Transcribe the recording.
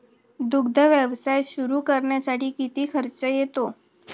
दुग्ध व्यवसाय सुरू करण्यासाठी किती खर्च येतो?